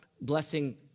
blessing